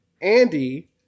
Andy